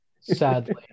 sadly